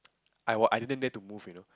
I was I didn't dare to move you know